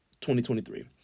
2023